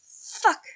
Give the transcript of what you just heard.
fuck